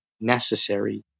necessary